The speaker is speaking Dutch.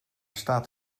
staat